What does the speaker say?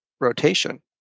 rotation